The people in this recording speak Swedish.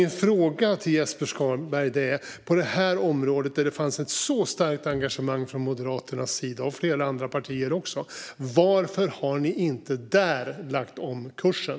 När det fanns ett så starkt engagemang från Moderaternas och flera andra partiers sida, varför, Jesper Skalberg Karlsson, har ni då inte lagt om kursen?